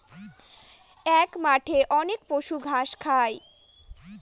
এক মাঠে অনেক পশু ঘাস খায়